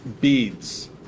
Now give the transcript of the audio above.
beads